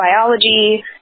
biology